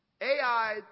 Ai